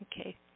Okay